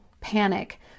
panic